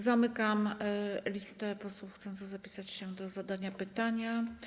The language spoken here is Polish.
Zamykam listę posłów chcących zapisać się do zadania pytania.